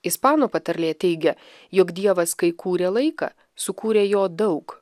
ispanų patarlė teigia jog dievas kai kūrė laiką sukūrė jo daug